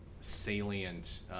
Salient